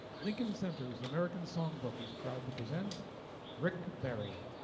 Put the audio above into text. lincoln center's american songbook is proud to present rick barry.